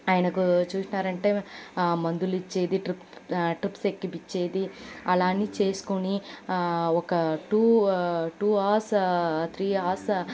ఆయనకు చూశారంటే మందులిచ్చేది ట్రూప్ టుప్స్ ఎక్కిపిచ్చేది అలాని చేసుకుని ఒక two two hours three hours